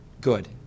good